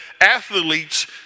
athletes